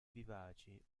vivaci